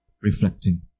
reflecting